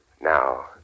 Now